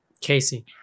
Casey